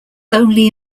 only